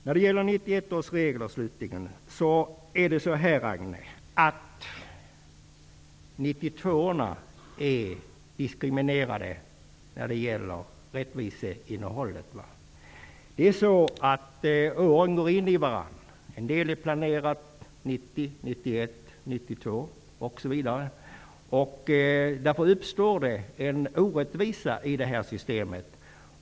När det gäller 1991 års regler vill jag säga att 92:orna är diskriminerade när det gäller rättviseinnehållet. Årgångarna går in i varandra. En del är planerat 1990, en del 1991 och en del 1992. Därför uppstår det en orättvisa i det här systemet.